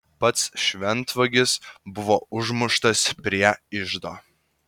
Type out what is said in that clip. pats šventvagis buvo užmuštas prie iždo